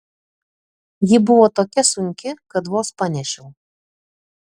ji buvo tokia sunki kad vos panešiau